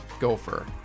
Gopher